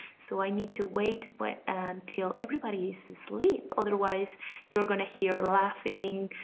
so i need to wait wait until everybody's asleep. otherwise you are going to hear laughing,